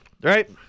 right